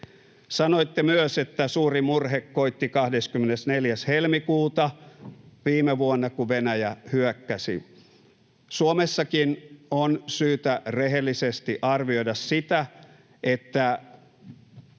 Sanoitte myös, että suuri murhe koitti 24. helmikuuta viime vuonna, kun Venäjä hyökkäsi. Suomessakin on syytä rehellisesti arvioida sitä, että